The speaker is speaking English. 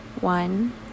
One